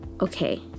okay